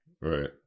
Right